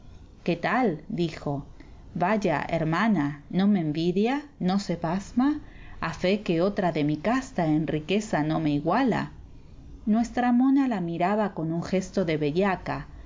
qué tal dijo vaya hermana no me envidia no se pasma a fe que otra de mi casta en riqueza no me iguala nuestra mona la miraba con un gesto de bellaca y